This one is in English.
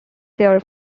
their